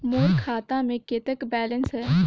मोर खाता मे कतेक बैलेंस हे?